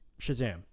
Shazam